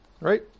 Right